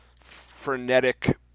frenetic